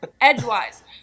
edgewise